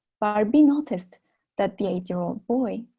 barby noticed that the eight year old boy